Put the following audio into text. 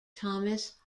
thomas